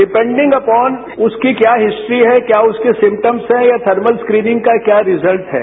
depending upon उसकी क्या history है क्या उसके सिमटम्स हैं या थर्मल स्क्रीनिंग का क्या रिजल्ट है